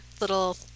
little